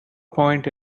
point